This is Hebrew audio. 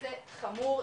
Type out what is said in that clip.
מעשה חמור,